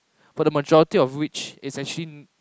but the majority of which is actually